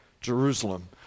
Jerusalem